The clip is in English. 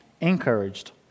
encouraged